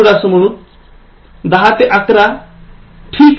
१० ते ११ ठीक